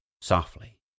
softly